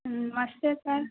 Namaste sir